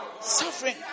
Suffering